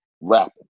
rapping